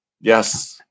Yes